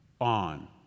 on